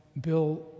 Bill